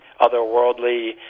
otherworldly